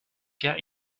car